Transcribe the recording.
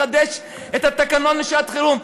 לחדש את התקנות לשעת חירום.